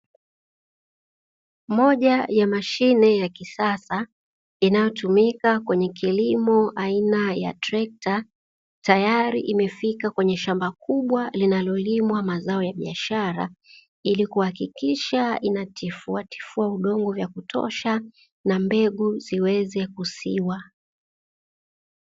Moja ya mashine ya kisasa inayotumika kwenye kilimo aina ya trekta tayari imefika kwenye shamba kubwa linalolimwa mazao ya biashara ili kuhakikisha inatifuatifua udongo vya kutosha na mbegu ziweze kusiwa.